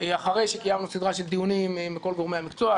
אחרי שקיימנו סדרה של דיונים עם כול גורמי המקצוע,